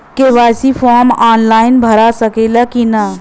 KYC form online भरा सकला की ना?